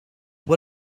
what